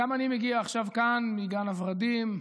גם אני מגיע עכשיו כאן מגן הוורדים,